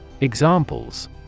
Examples